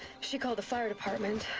she called the fire department.